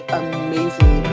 amazing